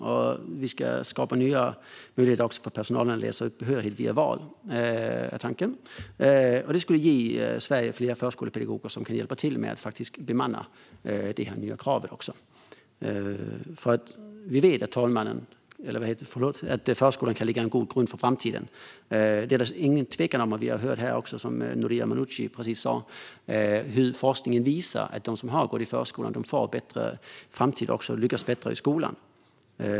Tanken är att också skapa nya möjligheter för personal att läsa upp behörighet via VAL. Det skulle ge Sverige fler förskolepedagoger, vilket kan hjälpa till att bemanna enligt det nya kravet. Vi vet att förskolan kan lägga en god grund för framtiden; det råder inget tvivel om det. Som Noria Manouchi nyss sa visar också forskningen att de som har gått i förskola får en bättre framtid och lyckas bättre i skolan.